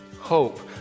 hope